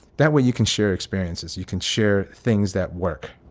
that way you can share experiences. you can share things that work.